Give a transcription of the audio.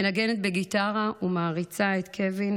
מנגנת בגיטרה ומעריצה את קווין,